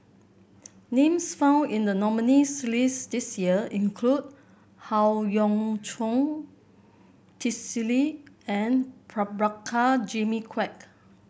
names found in the nominees' list this year include Howe Yoon Chong Twisstii and Prabhakara Jimmy Quek